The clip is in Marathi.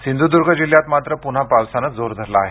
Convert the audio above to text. सिंधुदुर्ग जिल्ह्यात मात्र पुन्हा पावसानं जोर धरला आहे